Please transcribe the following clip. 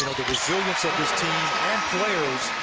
resilience of this team and players